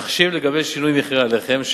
תחשיב לגבי שינוי מחירי הלחם,